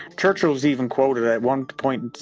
churchill was even quoted at one point,